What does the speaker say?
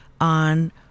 on